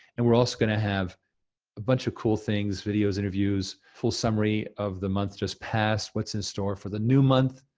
and we're also gonna have a bunch of cool things, videos, interviews, full summary of the month just passed, what's in store for the new month,